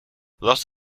los